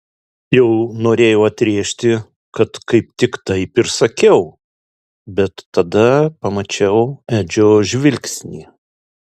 jau norėjau atrėžti kad kaip tik taip ir sakiau bet tada pamačiau edžio žvilgsnį